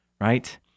right